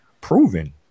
proven